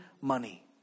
money